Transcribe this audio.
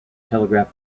telegraph